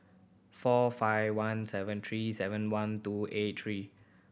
four five one seven three seven one two eight three